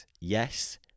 Yes